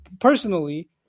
personally